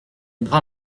bras